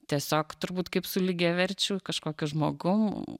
tiesiog turbūt kaip su lygiaverčiu kažkokiu žmogum